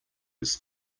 his